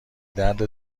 درد